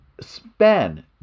span